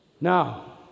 Now